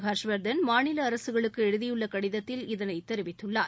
ஹர்ஷ்வர்தன் மாநில அரசுகளுக்கு எழுதியுள்ள கடிதத்தில் இதனை தெரிவித்துள்ளார்